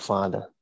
Father